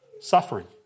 suffering